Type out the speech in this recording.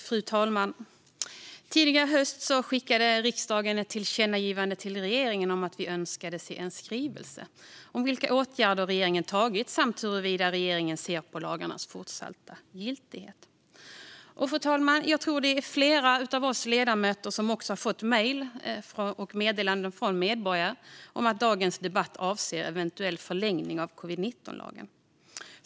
Fru talman! Tidigare i höst skickade riksdagen ett tillkännagivande till regeringen om att vi önskade se en skrivelse om vilka åtgärder regeringen vidtagit samt hur regeringen ser på lagarnas fortsatta giltighet. Fru talman! Jag tror att flera av oss ledamöter har fått mejl och meddelanden från medborgare om att dagens debatt avser en eventuell förlängning av covid-19-lagen.